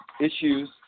issues